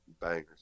bangers